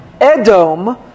Edom